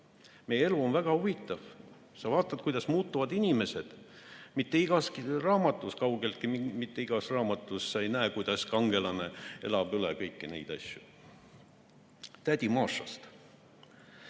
Meie elu on väga huvitav. Sa vaatad, kuidas muutuvad inimesed. Mitte igas raamatus, kaugeltki mitte igas raamatus, ei näe sa, kuidas kangelane kõiki neid asju üle elab.